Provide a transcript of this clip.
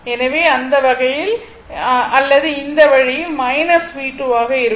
எனவே அந்த வகையில் அல்லது இந்த வழியில் V2 ஆக இருக்கும்